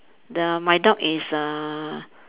the my dog is uh